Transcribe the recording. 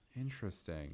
Interesting